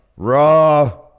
Raw